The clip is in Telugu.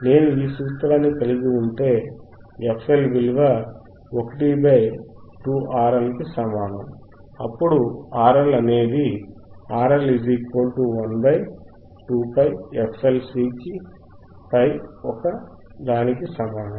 నేను ఈ సూత్రాన్ని కలిగి ఉంటే fL విలువ 12RLC కి సమానం అప్పుడు RL అనేది RL 1 2πfLC పై ఒక దానికి సమానం